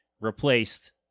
replaced